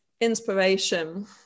Inspiration